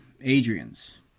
Adrian's